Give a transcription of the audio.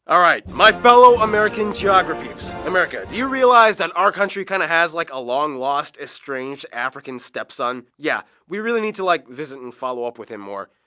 my fellow american geograpeeps, america, do you realize that our country kind of has like a long-lost estranged african stepson? yeah. we really need to like visit and follow up with him more.